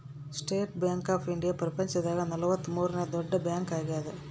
state Bank of India ಪ್ರಪಂಚ ದಾಗ ನಲವತ್ತ ಮೂರನೆ ದೊಡ್ಡ ಬ್ಯಾಂಕ್ ಆಗ್ಯಾದ